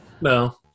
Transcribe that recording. No